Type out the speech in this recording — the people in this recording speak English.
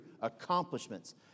accomplishments